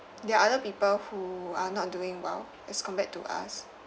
there are other people who are not doing well as compared to us